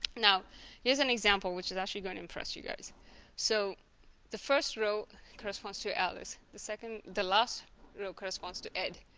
now here's an example which is actually going to impress you guys so the first row corresponds to alice the second. the last row corresponds to ed